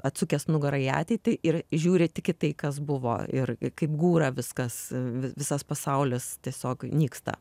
atsukęs nugarą į ateitį ir žiūri tik į tai kas buvo ir kaip gūra viskas visas pasaulis tiesiog nyksta